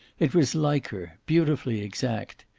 it was like her, beautifully exact,